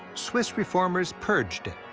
swiss reformers purged it,